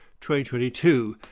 2022